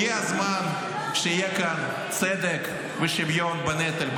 הגיע הזמן שיהיה כאן צדק ושוויון בנטל,